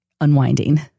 unwinding